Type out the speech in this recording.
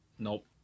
Nope